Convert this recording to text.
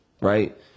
right